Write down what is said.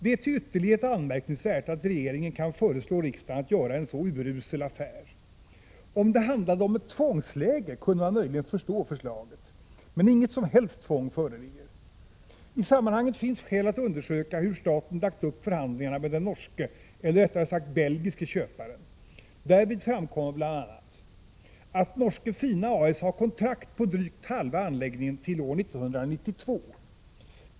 Det är till ytterlighet anmärkningsvärt att regeringen kan föreslå riksdagen att göra en så urusel affär. Om det handlade om ett tvångsläge kunde man möjligen förstå förslaget, men inget som helst tvång föreligger. I sammanhanget finns skäl att undersöka hur staten lagt upp förhandlingarna med den norske — eller rättare belgiske — köparen. Därvid framkommer bl. a: att Norske Fina A/S har kontrakt på dryg halva anläggningen till år 1992.